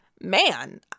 man